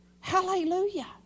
hallelujah